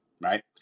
Right